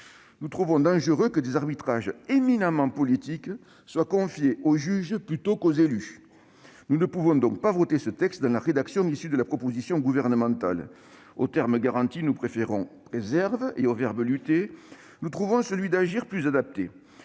Nous trouvons dangereux que des arbitrages éminemment politiques soient confiés aux juges plutôt qu'aux élus. Nous ne pouvons donc pas voter ce texte dans la rédaction proposée par le Gouvernement. Au terme « garantit », nous préférons « préserve », et nous trouvons le verbe « agir » plus adapté